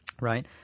Right